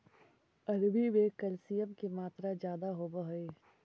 अरबी में कैल्शियम की मात्रा ज्यादा होवअ हई